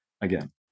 again